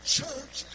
church